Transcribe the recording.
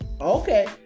okay